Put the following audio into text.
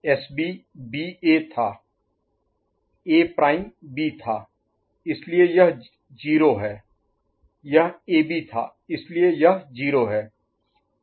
SB B A था A prime A' B था इसलिए यह 0 है यह एबी था इसलिए यह 0 है